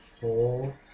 four